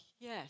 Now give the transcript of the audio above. yes